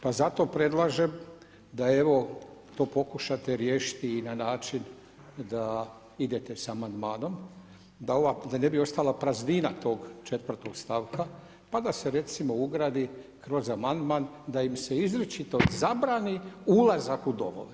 Pa zato predlažem da evo to pokušate riješiti na način da idete s amandmanom, da ne bi ostala praznina tog 4. stavka, pa da se recimo ugradi kroz amandman da im se izričito zabrani ulazak u domove.